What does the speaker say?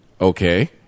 Okay